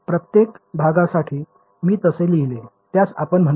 तर प्रत्येक भागासाठी मी तसे लिहिले त्यास आपण म्हणूया